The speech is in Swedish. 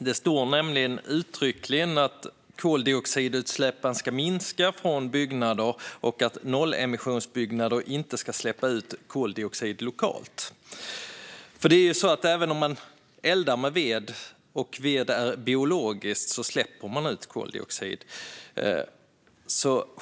Det står nämligen uttryckligen att koldioxidutsläppen ska minska från byggnader och att nollemissionsbyggnader inte ska släppa ut koldioxid lokalt. Även om man eldar med ved och ved är biologiskt släpper man ut koldioxid.